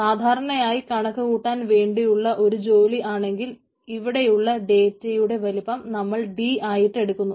സാധാരണയായി കണക്കുകൂട്ടാൻ വേണ്ടിയുള്ള ഒരു ജോലി ആണെങ്കിൽ ഇവിടെയുള്ള ഡേറ്റയുടെ വലിപ്പം നമ്മൾ d ആയിട്ട് എടുക്കുന്നു